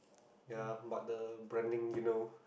ya but the branding you know